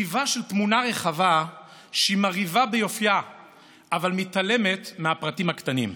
טיבה של תמונה רחבה שהיא מרהיבה ביופייה אבל מתעלמת מהפרטים הקטנים.